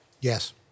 Yes